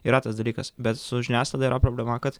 yra tas dalykas bet su žiniasklaida yra problema kad